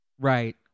Right